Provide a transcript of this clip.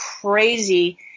crazy